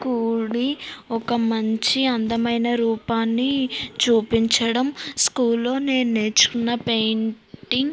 కూడి ఒక మంచి అందమైన రూపాన్ని చూపించడం స్కూల్లో నేను నేర్చుకున్నపెయింటింగ్